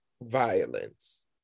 violence